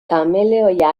kameleoia